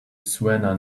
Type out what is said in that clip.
suena